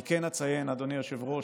כן אציין, אדוני היושב-ראש,